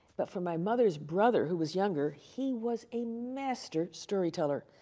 but from my mother's brother, who was younger, he was a master storyteller,